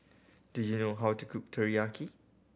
do you know how to cook Teriyaki